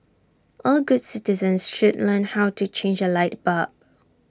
all good citizens should learn how to change A light bulb